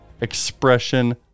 Expression